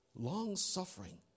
Long-suffering